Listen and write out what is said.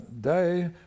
day